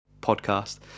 podcast